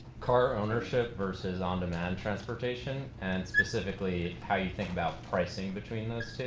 car ownership versus on-demand transportation and specifically how you think about pricing between those two.